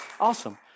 Awesome